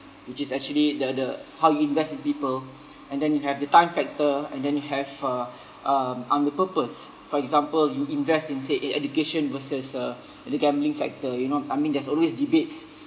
which is actually the the how you invest in people and then you have the time factor and then you have uh um on the purpose for example you invest in say e~ education versus uh the gambling factor you know I mean there's always debates